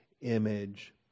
image